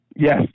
Yes